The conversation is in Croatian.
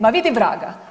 Ma vidi vraga.